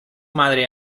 madre